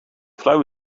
flauw